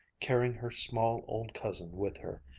carrying her small old cousin with her.